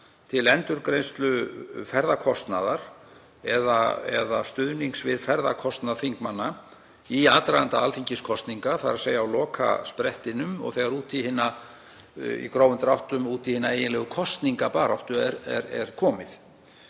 til endurgreiðslu ferðakostnaðar eða stuðnings við ferðakostnað þingmanna í aðdraganda alþingiskosninga, þ.e. á lokasprettinum og í grófum dráttum þegar út í hina eiginlegu kosningabaráttu er komið.